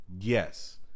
Yes